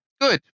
Good